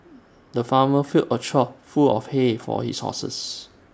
the farmer filled A trough full of hay for his horses